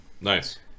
nice